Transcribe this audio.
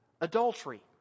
adultery